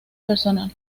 personal